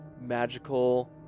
magical